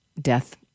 death